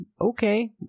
okay